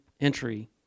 entry